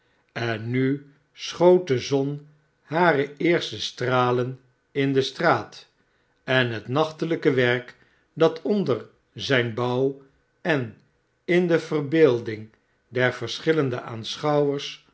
n nu schoot de zon hare eerste stralen in de straat en hetnachelijke werk dat onder zijn bouw en in de verbeelding der verschillende aanschouwers